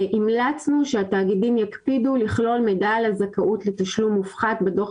המלצנו שהתאגידים יקפידו לכלול מידע על הזכאות לתשלום מופחת בדוח